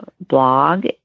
blog